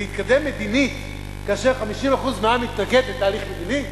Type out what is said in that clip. להתקדם מדינית כאשר 50% מהעם מתנגד לתהליך מדיני?